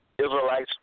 Israelites